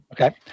Okay